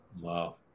Wow